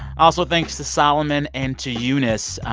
also thanks to solomon and to eunice.